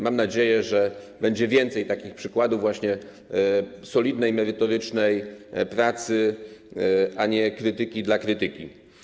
Mam nadzieję, że będzie więcej właśnie takich przykładów solidnej, merytorycznej pracy, a nie krytyki dla krytyki.